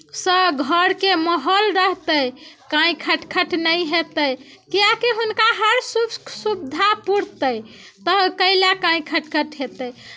सँ घरके माहौल रहतै काँय खटखट नहि हेतै किआकि हुनका हर सुख सुविधा पुरतै तऽ कैला काँय खटखट हेतै